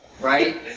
Right